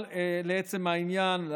אבל לעצם העניין,